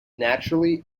naturally